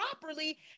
properly